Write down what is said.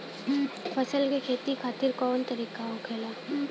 फसल का खेती खातिर कवन तरीका होखेला?